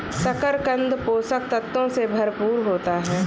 शकरकन्द पोषक तत्वों से भरपूर होता है